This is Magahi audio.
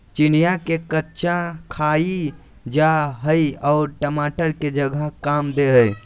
चिचिंडा के कच्चा खाईल जा हई आर टमाटर के जगह काम दे हइ